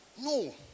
No